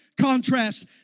contrast